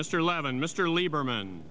mr levin mr lieberman